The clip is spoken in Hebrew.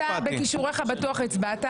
אתה בכישוריך בטוח השפעת,